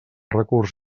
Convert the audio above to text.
recurs